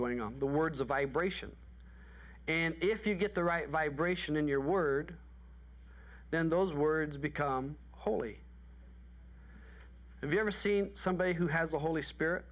going on the words of vibration and if you get the right vibration in your word then those words become holy if you ever see somebody who has the holy spirit